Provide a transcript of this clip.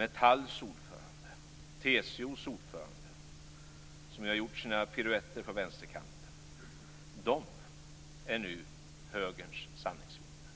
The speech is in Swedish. Metalls ordförande, TCO:s ordförande, som har gjort sina piruetter på vänsterkanten, är nu högerns sanningsvittnen.